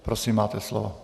Prosím, máte slovo.